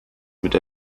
mit